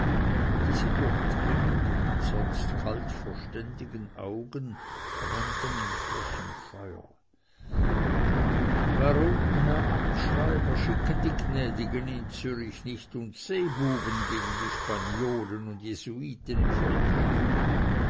diese durchdringenden sonst kalt verständigen augen brannten in frechem feuer warum herr amtsschreiber schicken die gnädigen in zürich nicht uns seebuben gegen die spaniolen und jesuiten im